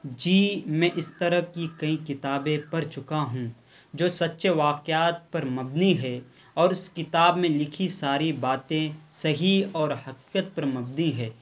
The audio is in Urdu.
جی میں اس طرح کی کئی کتابیں پڑھ چکا ہوں جو سچے واقعات پر مبنی ہے اور اس کتاب میں لکھی ساری باتیں صحیح اور حقیقیت پر مبنی ہے